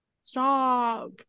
stop